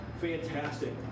fantastic